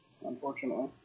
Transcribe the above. unfortunately